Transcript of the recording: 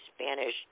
Spanish